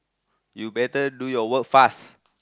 you better do your work fast